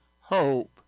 hope